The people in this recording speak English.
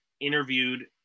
interviewed